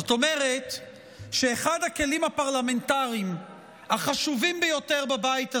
זאת אומרת שאחד הכלים הפרלמנטריים החשובים ביותר בבית הזה,